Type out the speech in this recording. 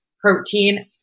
protein